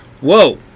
Whoa